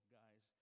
guys